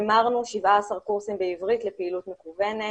המרנו 17 קורסים בעברית לפעילות מקוונת,